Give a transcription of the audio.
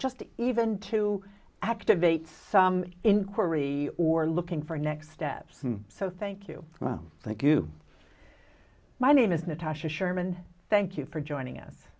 the even to activate some inquiry or looking for a next steps so thank you thank you my name is natasha sherman thank you for joining us